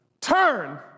turn